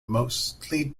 mostly